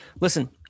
Listen